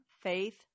faith